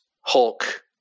Hulk